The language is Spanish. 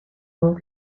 voz